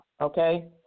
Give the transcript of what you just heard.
okay